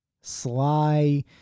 sly